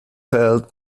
held